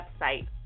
website